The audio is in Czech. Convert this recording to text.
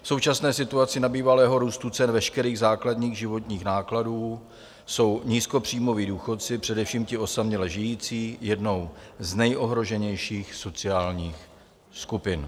V současné situaci nebývalého růstu cen veškerých základních životních nákladů jsou nízkopříjmoví důchodci, především ti osaměle žijící, jednou z nejohroženějších sociálních skupin.